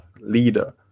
leader